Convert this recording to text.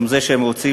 מה שאתה עושה.